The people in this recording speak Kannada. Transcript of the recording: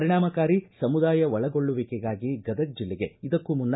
ಪರಿಣಾಮಕಾರಿ ಸಮುದಾಯ ಒಳಗೊಳ್ಳುವಿಕೆಗಾಗಿ ಗದಗ್ ಜಿಲ್ಲೆಗೆ ಇದಕ್ಕೂ ಮುನ್ನ